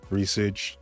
research